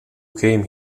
came